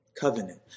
covenant